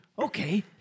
Okay